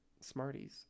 Smarties